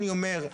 אני אומר,